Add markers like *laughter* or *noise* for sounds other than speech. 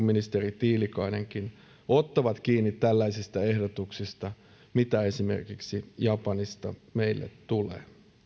*unintelligible* ministeri tiilikainenkin ottavat kiinni tällaisista ehdotuksista mitä esimerkiksi japanista meille tulee